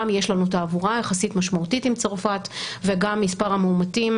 יש לנו גם תעבורה יחסית משמעותית עם צרפת וגם מספר המאומתים,